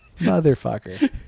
motherfucker